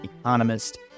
economist